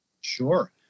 Sure